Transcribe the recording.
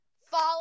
follow